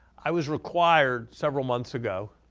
i was required, several months ago,